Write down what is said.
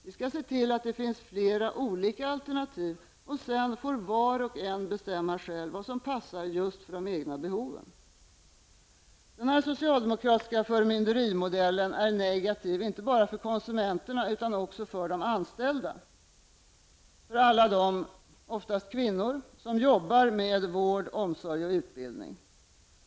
Vi skall se till att det finns flera olika alternativ, och sedan får var och en bestämma själv vilket som passar just för de egna behoven. Den socialdemokratiska förmynderimodellen är negativ inte bara för konsumenterna utan också för de anställda, för alla dem -- oftast kvinnor -- som jobbar med vård, omsorg och utbildning.